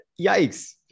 yikes